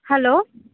hello